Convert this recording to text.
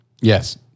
yes